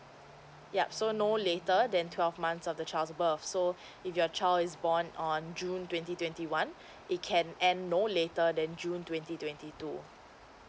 yup so no later than twelve months of the child's birth so if your child is born on june twenty twenty one it can end no later than june twenty twenty two